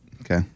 Okay